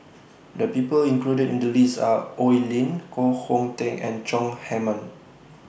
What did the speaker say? The People included in The list Are Oi Lin Koh Hong Teng and Chong Heman